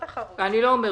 אני פה הרבה